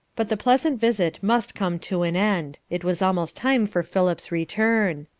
but the pleasant visit must come to an end it was almost time for philip's return.